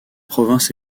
province